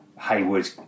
Haywood